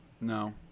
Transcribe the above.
No